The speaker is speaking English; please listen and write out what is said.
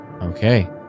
Okay